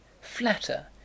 flatter